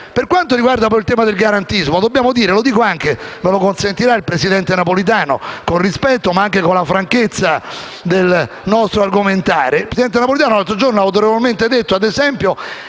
Per quanto riguarda il tema del garantismo, dobbiamo dire una cosa, e me lo consentirà il presidente Napolitano con rispetto, ma anche con la franchezza del nostro argomentare.